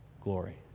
glory